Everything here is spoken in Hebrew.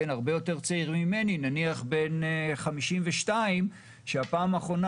הרבה יותר צעיר ממני נניח בן 52 שהפעם האחרונה